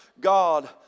God